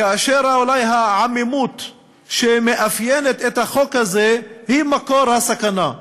כאשר אולי העמימות שמאפיינת את החוק הזה היא מקור הסכנה.